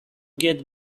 get